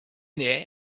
there